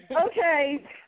Okay